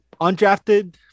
undrafted